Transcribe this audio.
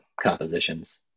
compositions